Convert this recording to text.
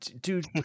Dude